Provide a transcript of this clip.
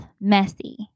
messy